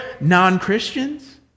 non-Christians